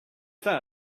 that